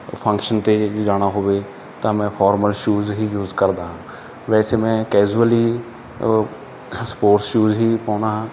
function 'ਤੇ ਜੇ ਜਾਣਾ ਹੋਵੇ ਤਾਂ ਮੈਂ ਫੋਰਮਲ ਸ਼ੂਜ ਹੀ ਯੂਜ ਕਰਦਾ ਹਾਂ ਵੈਸੇ ਮੈਂ ਕੈਸੁਅਲ ਹੀ ਸਪੋਰਟਸ ਸ਼ੂਜ ਹੀ ਪਾਉਂਦਾ ਹਾਂ